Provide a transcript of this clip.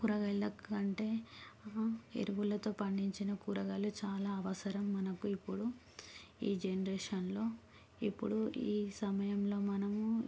కూరగాయల కంటే ఎరువులతో పండించిన కూరగాయలు చాలా అవసరం మనకు ఇప్పుడు ఈ జనరేషన్లో ఇప్పుడు ఈ సమయంలో మనము